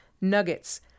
nuggets